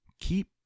keep